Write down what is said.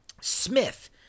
Smith